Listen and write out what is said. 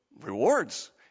Rewards